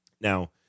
Now